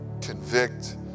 convict